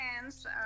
hands